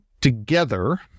together